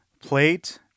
plate